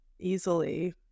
easily